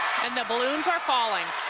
and the balloons are falling